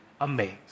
amazed